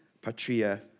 patria